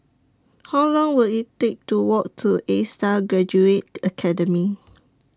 How Long Will IT Take to Walk to A STAR Graduate Academy